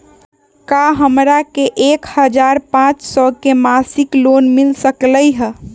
का हमरा के एक हजार पाँच सौ के मासिक लोन मिल सकलई ह?